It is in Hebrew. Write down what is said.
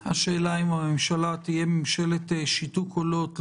השאלה אם זו תהיה ממשלת שיתוק או לא ממשלת שיתוק